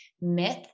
myth